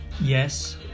Yes